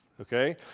okay